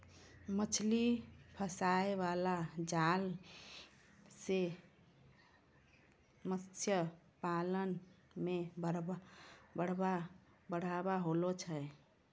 मछली फसाय बाला जाल से मतस्य पालन मे बढ़ाबा होलो छै